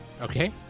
Okay